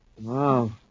Wow